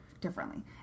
differently